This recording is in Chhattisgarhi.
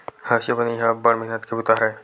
हँसिया बनई ह अब्बड़ मेहनत के बूता हरय